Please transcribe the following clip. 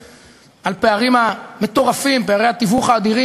להתיישבות הכפרית הכל-כך חשובה הזאת,